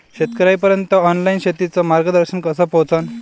शेतकर्याइपर्यंत ऑनलाईन शेतीचं मार्गदर्शन कस पोहोचन?